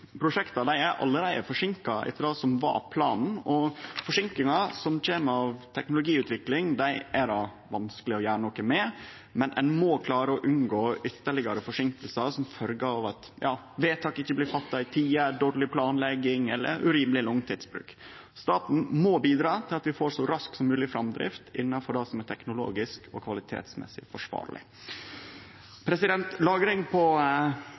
Prosjekta er allereie forseinka etter det som var planen. Forseinkingar som kjem av teknologiutvikling, er det vanskeleg å gjere noko med, men ein må klare å unngå ytterlegare forseinkingar som følgje av at vedtak ikkje blir gjorde i tide, dårleg planlegging eller urimeleg lang tidsbruk. Staten må bidra til at vi så raskt som mogleg får framdrift innanfor det som er teknologisk og kvalitetsmessig forsvarleg. Lagring av CO 2 på